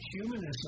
Humanism